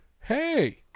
Hey